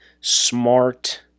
smart